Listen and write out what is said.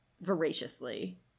voraciously